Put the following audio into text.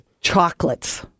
Chocolates